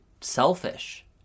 selfish